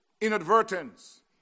inadvertence